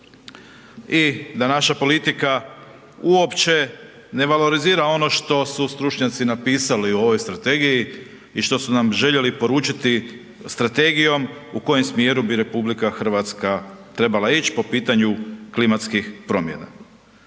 i da naša politika uopće ne valorizira ono što su stručnjaci napisali u ovoj Strategiji i što su nam željeli poručiti Strategijom u kojem smjeru bi Republika Hrvatska trebala ić' po pitanju klimatskih promjena.